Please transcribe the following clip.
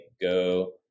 go